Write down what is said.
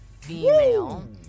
Female